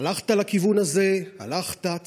הלכת לכיוון הזה, הלכת.